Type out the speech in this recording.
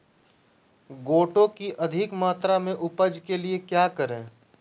गोटो की अधिक मात्रा में उपज के लिए क्या करें?